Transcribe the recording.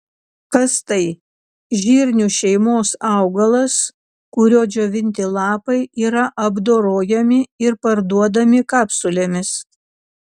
kas tai žirnių šeimos augalas kurio džiovinti lapai yra apdorojami ir parduodami kapsulėmis